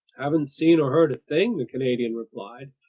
haven't seen or heard a thing! the canadian replied.